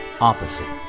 opposite